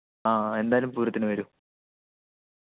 ആ എന്തയാലും പൂരത്തിന് വരൂ